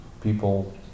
people